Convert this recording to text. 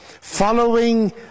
following